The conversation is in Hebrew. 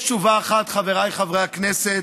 יש תשובה אחת, חבריי חברי הכנסת,